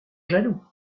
jaloux